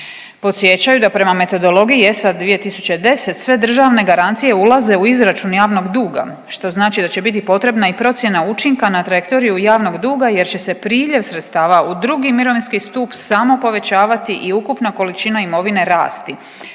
Podsjećaju da prema metodologiji ESA 2010 sve državne garancije ulaze u izračun javnog duga što znači da će biti potrebna i procjena učinka na teritoriju javnog duga, jer će se priljev sredstava u drugi mirovinski stup samo povećavati i ukupna količina imovine rasti